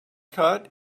cut